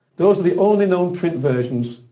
those are the only known print versions